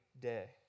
day